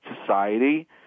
society